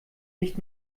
nicht